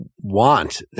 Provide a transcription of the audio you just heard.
want